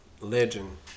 Legend